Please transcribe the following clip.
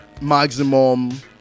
Maximum